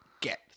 get